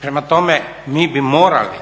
Prema tome, mi bi morali